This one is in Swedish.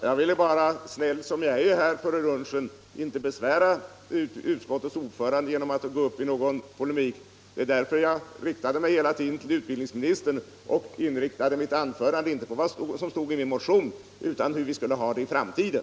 Herr talman! Jag ville, snäll som jag är, inte besvära utskottets ordförande genom att tvinga honom att gå upp i någon polemik före lunchen. Det var därför jag hela tiden riktade mig till utbildningsministern och inriktade mitt anförande, inte på vad som står i min motion, utan på hur vi skall ha det i framtiden.